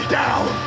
down